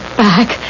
back